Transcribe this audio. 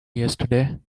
yesterday